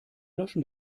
löschen